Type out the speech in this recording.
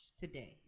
today